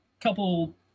couple